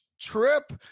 trip